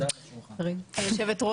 בבקשה, ד"ר איצקוביץ'.